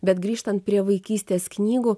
bet grįžtant prie vaikystės knygų